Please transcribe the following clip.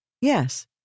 Yes